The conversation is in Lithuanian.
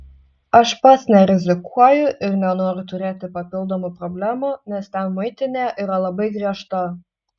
aš pats nerizikuoju ir nenoriu turėti papildomų problemų nes ten muitinė yra labai griežta